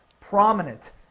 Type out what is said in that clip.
prominent